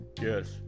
Yes